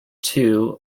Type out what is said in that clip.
too